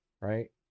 right